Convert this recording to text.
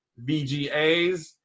VGAs